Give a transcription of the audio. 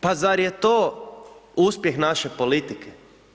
Pa zar je to uspjeh naše politike?